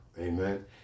Amen